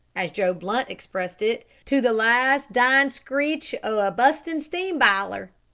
as joe blunt expressed it, to the last dyin' screech o' a bustin' steam biler!